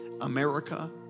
America